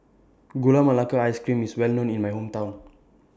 Gula Melaka Ice Cream IS Well known in My Hometown